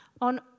on